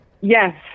Yes